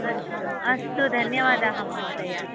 अस्तु अस्तु धन्यवादाः महोदय